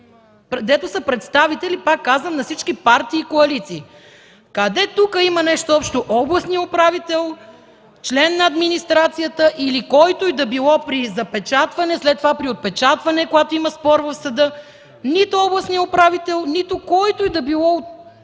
дето са представители, пак казвам, на всички партии и коалиции. Къде тук има нещо общо областният управител, член на администрацията или който и да било при запечатване, след това – при отпечатване, когато има спор в съда? Нито областният управител, нито който и да е било